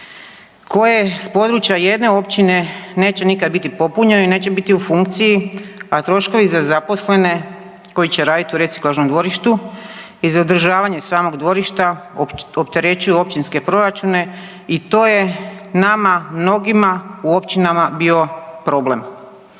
koje s područja jedne općine neće nikada biti popunjeno i neće biti u funkciji, a troškovi za zaposlene koji će raditi u reciklažnom dvorištu i za održavanje samog dvorišta opterećuju općinske proračuna i to je nama mnogima u općinama bio problem.